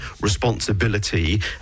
responsibility